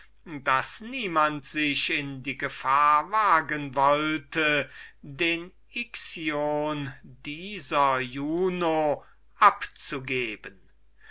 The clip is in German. daß niemand kühn genug war sich in die gefahr zu wagen den ixion dieser juno abzugeben